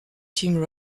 team